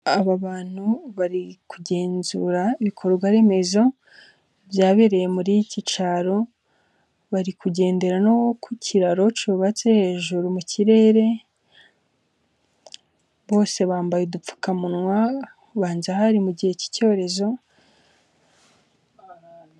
Aba bantu bari kugenzura ibikorwa remezo byabereye muri ikicyaro. Bari no ku kiraro cyubatse hejuru mu kirere, bose bambaye udupfukamunwa. Ubanza ahari ari mu gihe cy'icyorezo.